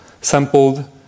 sampled